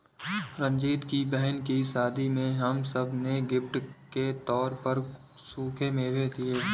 रंजीत की बहन की शादी में हम सब ने गिफ्ट के तौर पर सूखे मेवे दिए